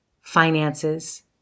Finances